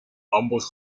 ambos